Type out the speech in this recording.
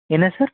என்ன சார்